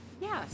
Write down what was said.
Yes